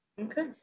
Okay